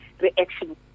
reaction